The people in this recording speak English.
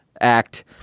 act